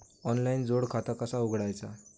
Online जोड खाता कसा उघडायचा?